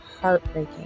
heartbreaking